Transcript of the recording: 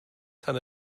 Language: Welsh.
tan